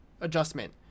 adjustment